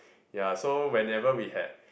ya so whenever we had